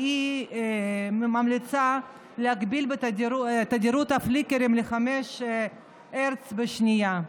והיא ממליצה להגדיר את תדירות הפליקרים ל-5 הרץ בשנייה.